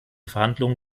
verhandlungen